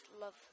love